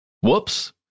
Whoops